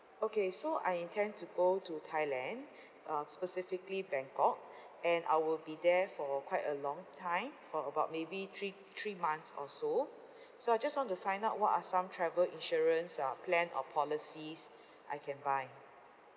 okay so I intend to go to thailand uh specifically bangkok and I will be there for quite a long time for about maybe three three months or so so I just want to find out what are some travel insurance uh plan or policies I can buy